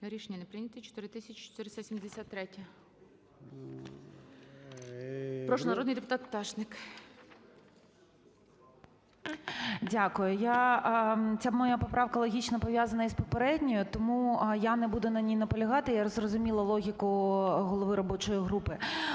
Рішення не прийнято. 4473-я. Прошу народний депутат Пташник. 13:24:51 ПТАШНИК В.Ю. Дякую. Ця моя поправка логічно пов'язана із попередньою, тому я не буду на ній наполягати. Я зрозуміла логіку голови робочої групи.